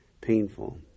painful